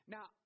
Now